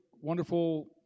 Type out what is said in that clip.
wonderful